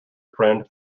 friend